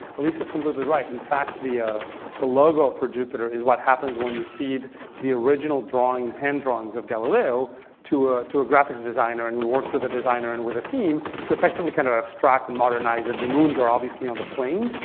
alyssa is completely right in fact the ah the logo for jupyter is what happens when you feed the original hand drawings of galileo to to a graphics designer. and we worked with the designer and with a team to effectively kind of abstract and modernize. the moons are obviously on the plane.